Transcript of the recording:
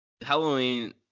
Halloween